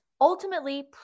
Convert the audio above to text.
ultimately